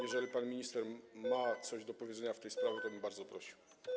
Jeżeli pan minister ma coś do powiedzenia w tej sprawie, to bym bardzo prosił.